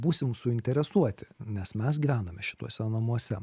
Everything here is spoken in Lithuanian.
būsim suinteresuoti nes mes gyvename šituose namuose